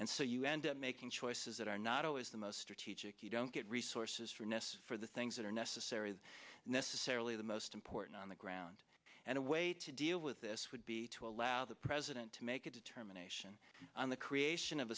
and so you end up making choices that are not always the most strategic you don't get resources for nests for the things that are necessary necessarily the most important on the ground and a way to deal with this would be to allow the president to make a determination on the creation of